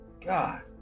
God